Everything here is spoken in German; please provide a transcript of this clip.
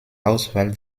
auswahl